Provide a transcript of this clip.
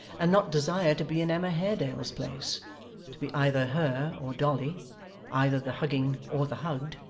and not desire to be in emma haredale's place to be either her or dolly either the hugging or the hugged?